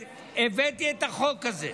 והבאתי את החוק הזה,